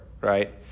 right